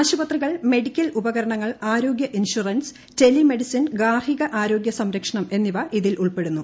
ആശുപത്രികൾ മെഡിക്കൽ ഉപകരണങ്ങൾ ആരോഗൃ ഇൻഷുറൻസ് ടെലിമെഡിസിൻ ഗാർഹിക ആരോഗ്യ സംരക്ഷണം എന്നിവ ഇതിൽ ഉൾപ്പെടുന്നു